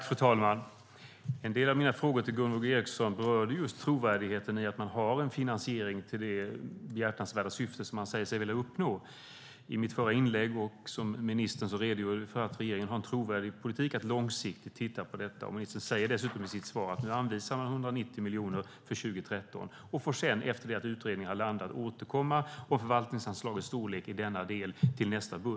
Fru talman! En del av mina frågor till Gunvor G Ericson berörde just trovärdigheten i att man har en finansiering för det behjärtansvärda syfte som man säger sig vilja uppnå. Ministern redogjorde för att regeringen har en trovärdig politik för att långsiktigt titta på detta. Ministern säger också i sitt svar att man anvisar 190 miljoner för 2013 och att man efter det att utredningen har landat får återkomma i nästa budget om förvaltningsanslagets storlek i denna del.